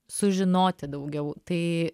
sužinoti daugiau tai